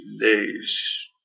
days